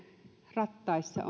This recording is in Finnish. rattaissa